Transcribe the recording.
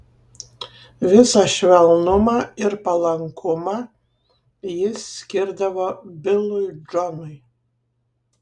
visą švelnumą ir palankumą jis skirdavo bilui džonui